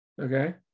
Okay